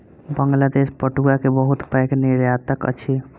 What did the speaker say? बांग्लादेश पटुआ के बहुत पैघ निर्यातक अछि